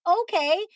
Okay